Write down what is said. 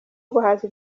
guhaza